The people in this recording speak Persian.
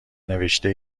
نوشته